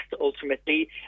ultimately